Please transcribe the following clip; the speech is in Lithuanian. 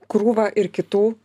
krūvą ir kitų